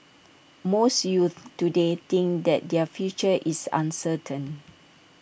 most youths today think that their future is uncertain